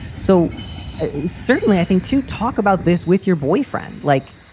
so certainly i think to talk about this with your boyfriend, like.